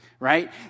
right